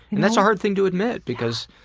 and that's a hard thing to admit, because